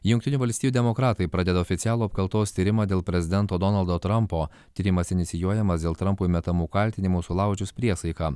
jungtinių valstijų demokratai pradeda oficialų apkaltos tyrimą dėl prezidento donaldo trampo tyrimas inicijuojamas dėl trampui metamų kaltinimų sulaužius priesaiką